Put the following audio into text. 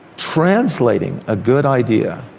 translating a good idea,